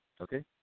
okay